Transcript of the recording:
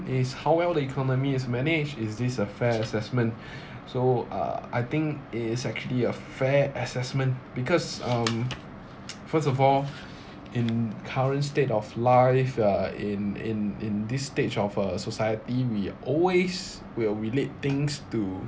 is how well the economy is managed is this a fair assessment so uh I think it's actually a fair assessment because um first of all in current state of life uh in in in this stage of uh society we always will relate things to